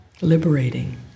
liberating